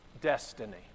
destiny